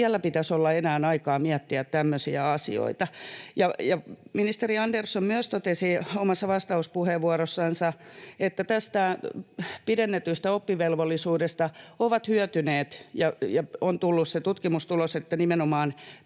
siellä pitäisi olla enää aikaa miettiä tämmöisiä asioita. Ministeri Andersson myös totesi omassa vastauspuheenvuorossansa, että tästä pidennetystä oppivelvollisuudesta ovat hyötyneet, tutkimustuloksen mukaan, nimenomaan